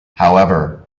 however